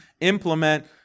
implement